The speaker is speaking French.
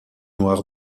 noir